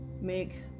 make